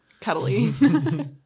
cuddly